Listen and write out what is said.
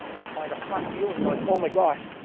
you find a hot deal and you're like, oh my gosh,